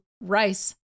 Rice